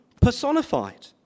personified